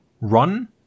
Run